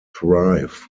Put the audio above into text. thrive